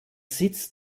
sitz